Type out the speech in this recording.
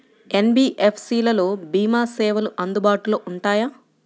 NBFC లలో భీమా సేవలు అందుబాటులో ఉంటాయా?